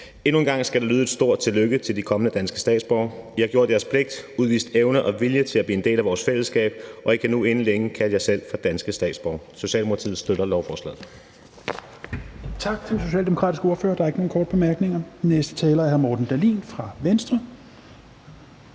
Endnu en gang skal der lyde et stort tillykke til de kommende danske statsborgere. I har gjort jeres pligt, udvist evne og vilje til at blive en del af vores fællesskab, og I kan nu inden længe kalde jer selv for danske statsborgere. Socialdemokratiet støtter lovforslaget. Kl. 19:55 Tredje næstformand (Rasmus Helveg Petersen): Tak til den socialdemokratiske ordfører. Der er ikke nogen korte bemærkninger. Den næste taler er hr. Morten Dahlin fra Venstre.